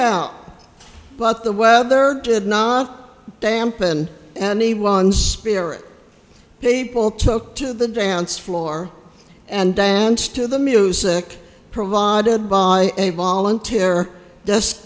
out but the weather did not dampen anyone's spirit people took to the dance floor and danced to the music provided by a volunteer d